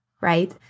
right